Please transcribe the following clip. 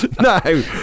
No